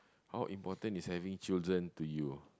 how important is having children to you